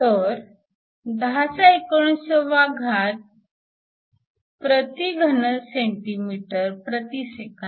तर 1019 cm 3s 1